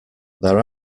there